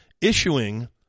issuing